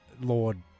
Lord